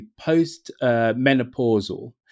post-menopausal